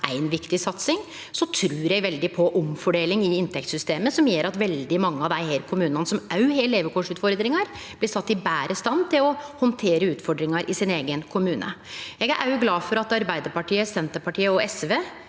ei viktig satsing. Eg trur veldig på omfordeling i inntektssystemet som gjer at veldig mange av dei kommunane som har levekårsutfordringar, blir sette i betre stand til å handtere utfordringar i sin eigen kommune. Eg er òg glad for at Arbeidarpartiet, Senterpartiet og SV